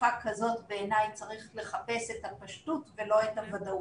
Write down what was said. ובתקופה כזאת בעיניי צריך לחפש את הפשטות ולא את הוודאות.